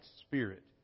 spirit